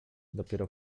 dopiero